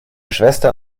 schwester